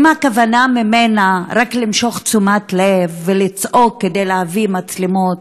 אם הכוונה רק למשוך תשומת לב ולצעוק כדי להביא מצלמות,